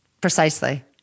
Precisely